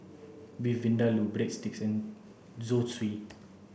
Beef Vindaloo Breadsticks and Zosui